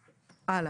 הלאה.